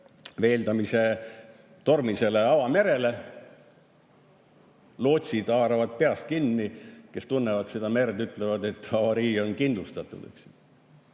Seal on tormine avameri. Lootsid haaravad peast kinni, nad tunnevad seda merd ja ütlevad, et avarii on kindlustatud.